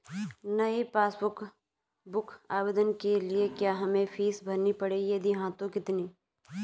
नयी passbook book आवेदन के लिए क्या हमें फीस भरनी पड़ेगी यदि हाँ तो कितनी?